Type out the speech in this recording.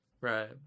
right